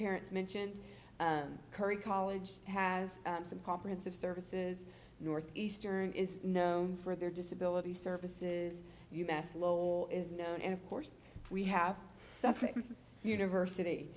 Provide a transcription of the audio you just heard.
parents mentioned curry college has some comprehensive services northeastern is known for their disability services us lol is known and of course we have separate university